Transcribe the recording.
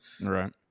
Right